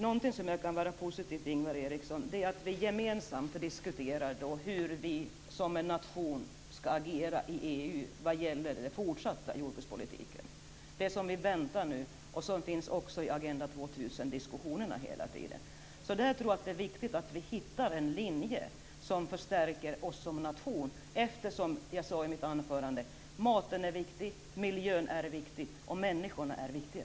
Någonting som kan vara positivt, Ingvar Eriksson, är att vi gemensamt diskuterar hur vi som nation skall agera i EU vad gäller den fortsatta jordbrukspolitiken. Diskussionerna finns hela tiden om t.ex. Agenda 2000. Det är viktigt att vi hittar en linje som förstärker oss som nation eftersom maten, miljön och människorna är viktiga.